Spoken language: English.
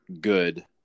good